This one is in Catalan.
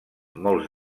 molts